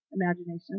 imagination